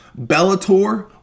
Bellator